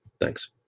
Thanks